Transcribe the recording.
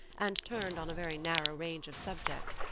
and turned on a very narrow range of subjects,